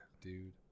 dude